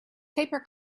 paper